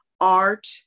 art